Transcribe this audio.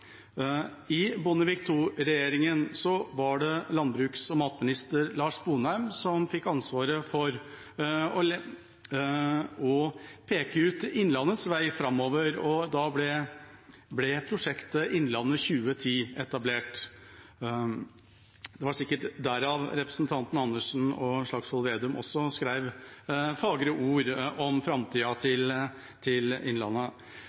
I Bondevik II-regjeringa var det landbruks- og matminister Lars Sponheim som fikk ansvaret for å peke ut innlandets vei framover, og da ble prosjektet Innlandet 2010 etablert. Det var sikkert derfor Karin Andersen og Trygve Slagsvold Vedum skrev fagre ord om framtida til innlandet.